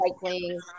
cycling